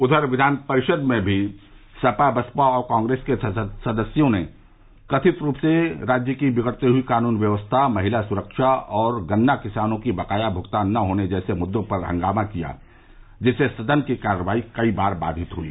उधर विधान परिषद में भी सपा बसपा और कांग्रेस के सदस्यों ने राज्य में कथित रूप से बिगड़ती कानून व्यवस्था महिला सुरक्षा और गन्ना किसानों के बकाया भुगतान न होने जैसे मुद्दों पर हंगामा किया जिससे सदन की कार्यवाही कई बार बाधित हुई